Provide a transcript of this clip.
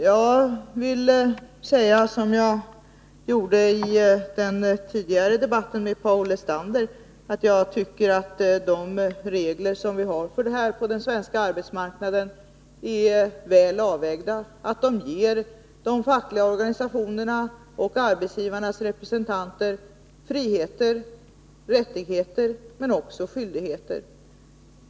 Jag vill säga som jag gjorde i den tidigare debatten med Paul Lestander. Jag tycker att de regler som vi har för detta på den svenska arbetsmarknaden är väl avvägda. De ger de fackliga organisationerna och arbetsgivarnas representanter friheter och rättigheter — men också skyldigheter.